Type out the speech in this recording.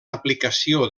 aplicació